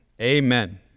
Amen